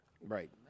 Right